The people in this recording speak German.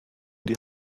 die